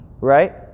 right